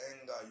anger